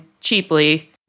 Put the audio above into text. cheaply